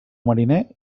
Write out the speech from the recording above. mariner